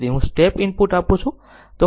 તેથી હું step input આપું છું